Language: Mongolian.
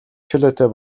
чөлөөтэй